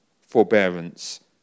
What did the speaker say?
forbearance